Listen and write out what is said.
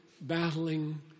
battling